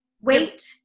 Wait